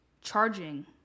charging